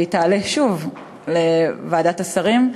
והיא תעלה שוב לוועדת השרים,